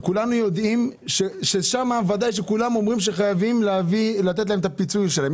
כולנו יודעים ששם חייבים לתת להם את הפיצוי שלהם.